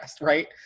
right